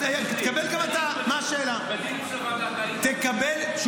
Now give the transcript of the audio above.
תענה לו קודם, אחר כך --- תקבל גם אתה.